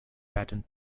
patent